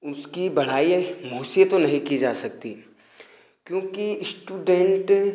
उसकी बड़ाई मुँह से तो नहीं की जा सकती क्योंकि श्टूडेन्ट